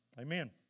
Amen